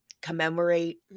commemorate